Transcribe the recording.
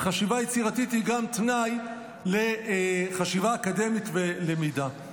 וחשיבה יצירתית היא גם תנאי לחשיבה אקדמית ולמידה.